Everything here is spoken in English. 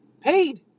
Paid